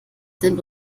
sind